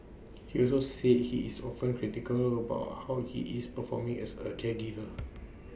he also said he is often critical about how he is performing as A caregiver